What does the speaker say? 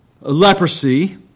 leprosy